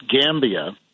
Gambia